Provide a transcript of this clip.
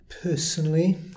Personally